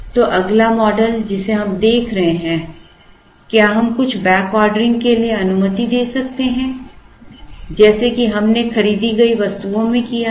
तो अगला मॉडल जिसे हम देख रहे हैं क्या हम कुछ बैकऑर्डरिंग के लिए अनुमति दे सकते हैं जैसे कि हमने खरीदी गई वस्तुओं में किया था